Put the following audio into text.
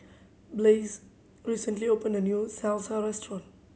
Blaise recently opened a new Salsa Restaurant